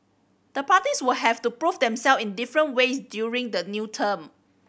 the parties will have to prove themselves in different ways during the new term